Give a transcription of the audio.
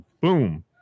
boom